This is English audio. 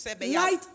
Light